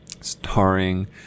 Starring